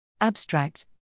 Abstract